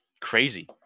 crazy